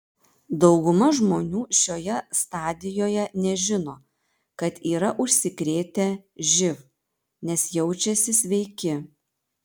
dauguma žmonių šioje stadijoje nežino kad yra užsikrėtę živ nes jaučiasi sveiki